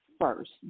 first